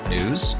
News